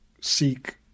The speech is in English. seek